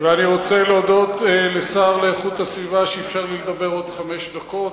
ואני רוצה להודות לשר לאיכות הסביבה שאפשר לי לדבר עוד חמש דקות.